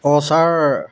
অঁ ছাৰ